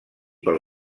pel